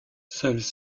seuls